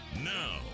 Now